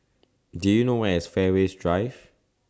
Do YOU know Where IS Fairways Drive